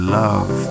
love